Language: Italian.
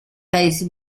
paesi